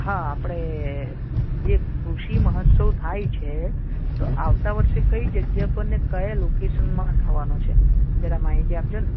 હા આપણે જે કૃષિ મોહોત્સવ થાય છે તો આવતાં વર્ષે કઈ જગ્યા પર ને કયા લોકેશનમાં થવાનું છે જરા માહિતી આપજો ને